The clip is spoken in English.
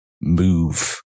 move